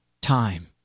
time